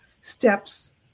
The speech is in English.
steps